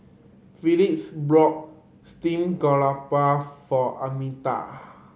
Felix bought steamed garoupa for Arminta